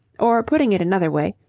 or putting it another way,